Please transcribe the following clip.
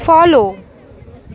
follow